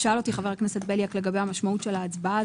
שאל אותי חבר הכנסת בליאק לגבי המשמעות של ההצבעה.